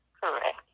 Correct